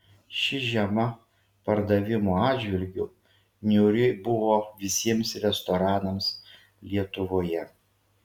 ši žiema pardavimų atžvilgiu niūri buvo visiems restoranams lietuvoje